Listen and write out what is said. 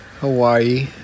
Hawaii